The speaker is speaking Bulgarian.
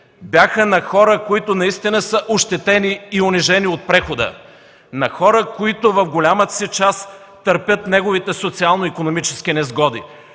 бяха на хора, които наистина са ощетени и унижени от прехода; на хора, които в голямата си част търпят неговите социално-икономически несгоди;